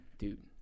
Dude